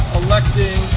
electing